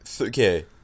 Okay